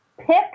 Pick